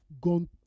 gone